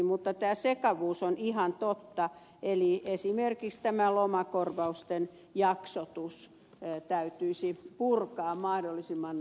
mutta tämä sekavuus on ihan totta eli esimerkiksi tämä lomakorvausten jaksotus täytyisi purkaa mahdollisimman nopeasti